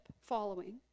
following